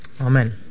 Amen